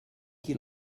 qui